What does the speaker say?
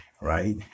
right